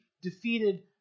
defeated